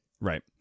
Right